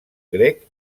grec